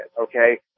okay